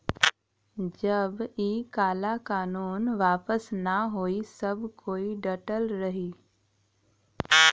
जब इ काला कानून वापस न होई सब कोई डटल रही